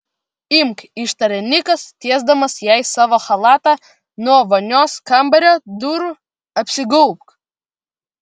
imk ištarė nikas tiesdamas jai savo chalatą nuo vonios kambario durų apsigaubk